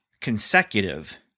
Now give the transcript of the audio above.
consecutive